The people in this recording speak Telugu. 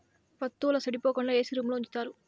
వత్తువుల సెడిపోకుండా ఏసీ రూంలో ఉంచుతారు